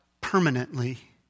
permanently